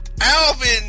Alvin